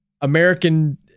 American